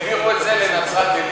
העבירו את זה לנצרת-עילית,